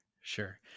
sure